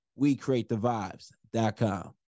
WeCreateTheVibes.com